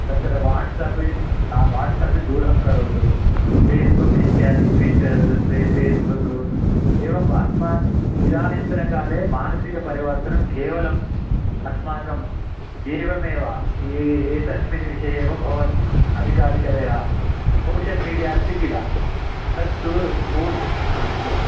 तत्र WhatsApp WhatsApp दूरं करोतु फ़ेस्बुक् इत्यादि ट्विटर् फ़े फ़ेस्बुक् एवम् अस्माकम् इदानींतनकाले मानसिकपरिवर्तनं केवलम् अस्माकम् एवमेव ए एतस्मिन् विषये एव भवन्ति अधिकाधिकतया सोशियल् मीडिया अस्ति किल तत्तु पू अस्तु